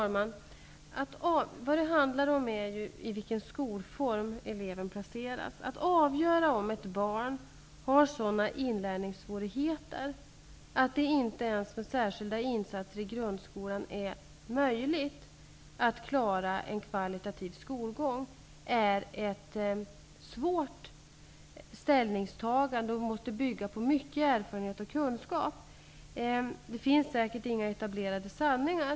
Herr talman! Vad det handlar om är i vilken skolform eleven skall placeras. Att avgöra om ett barn har sådana inlärningssvårigheter att det inte ens med särskilda insatser i grundskolan är möjligt att klara en kvalitativ skolgång är ett svårt ställningstagande. Det måste bygga på stor erfarenhet och kunskap. Det finns inte några etablerade sanningar.